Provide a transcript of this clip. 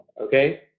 okay